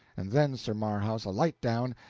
and then sir marhaus alight down,